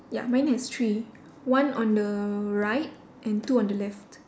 ya mine has three one on the right and two on the left